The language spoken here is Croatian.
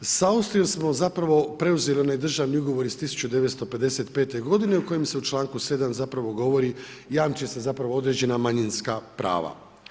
Sa Austrijom smo zapravo preuzeli onaj državni ugovor iz 1955. godine u kojem se u članku 7. zapravo govori, jamči se zapravo određena manjinska prava.